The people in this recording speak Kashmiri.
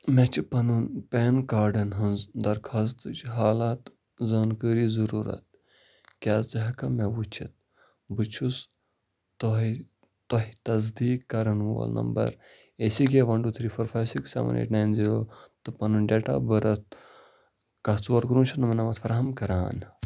مےٚ چھِ پَنُن پین کارڈَن ۂنٛز درخواستٕچ حالات زانکٲری ضُروٗرَتھ کیٛاہ ژٕ ہٮ۪ککھا مےٚ وُچھِتھ بہٕ چھُس تۄہہِ تۄہہِ تصدیٖق کَرَن وول نمبَر اسی لیے one two three four five six seven eight nine zero تہٕ پَنُن ڈیٹ آف بٔرٕتھ کہہ ژور کُنہٕ وُہ شَتھ نَمنَمَتھ فراہم کران